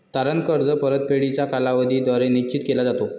तारण कर्ज परतफेडीचा कालावधी द्वारे निश्चित केला जातो